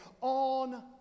on